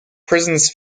prisons